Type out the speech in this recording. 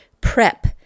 prep